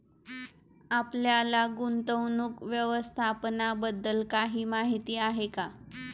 आपल्याला गुंतवणूक व्यवस्थापनाबद्दल काही माहिती आहे का?